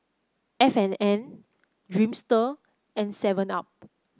F and N Dreamster and Seven Up